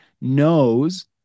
knows